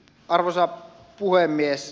arvoisa puhemies